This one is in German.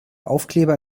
aufkleber